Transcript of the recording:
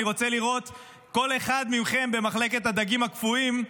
אני רוצה לראות כל אחד מכם במחלקת הדגים הקפואים,